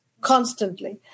constantly